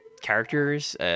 characters